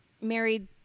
married